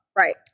Right